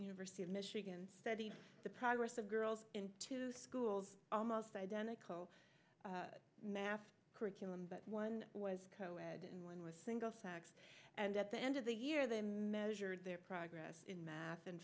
university of michigan studied the progress of girls in two schools almost identical math curriculum but one was coed and one was single sex and at the end of the year they measured their progress in